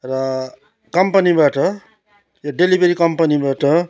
र कम्पनीबाट यो डेलिभरी कम्पनीबाट